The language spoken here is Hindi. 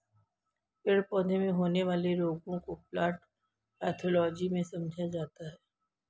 पेड़ पौधों में होने वाले रोगों को प्लांट पैथोलॉजी में समझा जाता है